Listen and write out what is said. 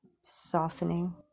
softening